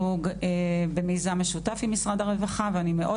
אנחנו במיזם משותף עם משרד הרווחה ואני מאוד